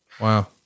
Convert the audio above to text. Wow